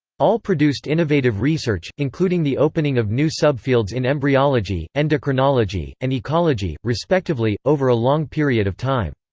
all produced innovative research, including the opening of new subfields in embryology, endocrinology, and ecology, respectively, over a long period of time.